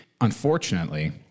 Unfortunately